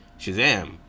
Shazam